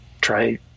try